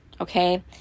okay